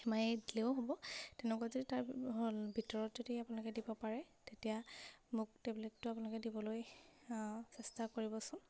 E M I দিলেও হ'ব তেনেকুৱা যদি তাৰ ভিতৰত যদি আপোনালোকে দিব পাৰে তেতিয়া মোক টেবলেটটো আপোনালোকে দিবলৈ চেষ্টা কৰিবচোন